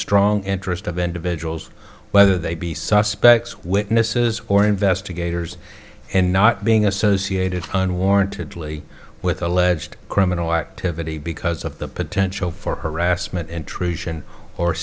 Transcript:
strong interest of individuals whether they be suspects witnesses or investigators and not being associated unwarrantedly with alleged criminal activity because of the potential for harassment intrusion or